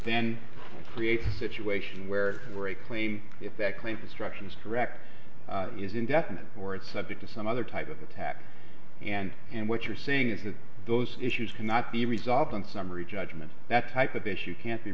then creates a situation where we're a claim that claim construction is correct is indefinite or it's subject to some other type of attack and what you're saying is that those issues cannot be resolved in summary judgment that type of issue can't be